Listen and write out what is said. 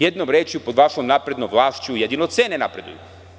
Jednom rečju, pod vašom naprednom vlašću jedino cene napreduju.